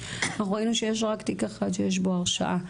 אנחנו ראינו שיש רק תיק אחד שיש בו הרשעה?